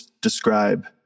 describe